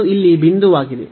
ಅದು ಇಲ್ಲಿ ಬಿಂದುವಾಗಿದೆ